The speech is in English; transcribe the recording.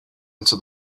into